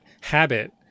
habit